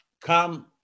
come